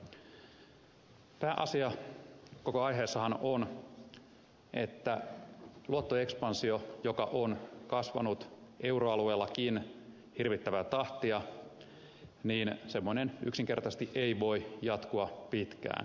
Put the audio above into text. pääasia koko aiheessahan on että semmoinen luottoekspansio joka on kasvanut euroalueellakin hirvittävää tahtia yksinkertaisesti ei voi jatkua pitkään